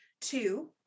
Two